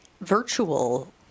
virtual